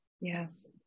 Yes